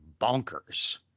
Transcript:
bonkers